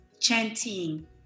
chanting